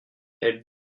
elle